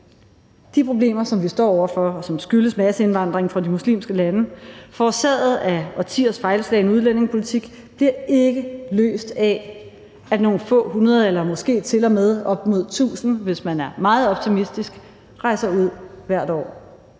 De problemer, som vi står over for, og som skyldes masseindvandring fra de muslimske lande forårsaget af årtiers fejlslagen udlændingepolitik, bliver ikke løst af, at nogle få hundrede eller måske til og med op mod 1.000, hvis man er meget optimistisk, rejser ud hvert år